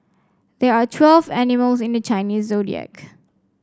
there are twelve animals in the Chinese Zodiac